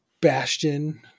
bastion